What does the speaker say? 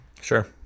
Sure